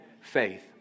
faith